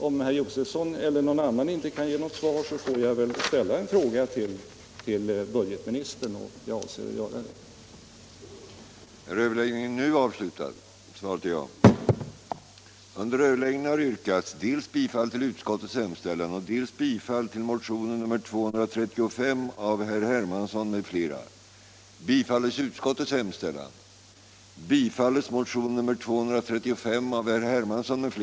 Om herr Josefson eller någon annan inte kan ge något svar så får jag ställa en fråga till budgetministern, och det avser jag att göra.